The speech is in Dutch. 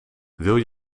wil